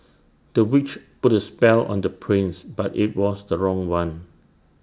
the witch put A spell on the prince but IT was the wrong one